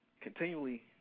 continually